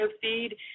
feed